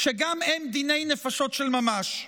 שגם הם דיני נפשות של ממש.